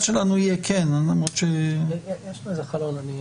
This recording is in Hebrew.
יש פה איזה חלון.